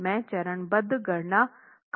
मैं चरणबद्ध गणना कर के आपको बताऊंगा